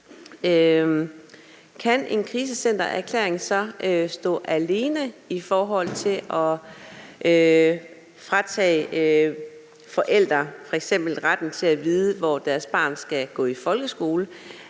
på et krisecenter, så stå alene i forhold til f.eks. at fratage forældre retten til at vide, hvor deres barn skal gå i folkeskole?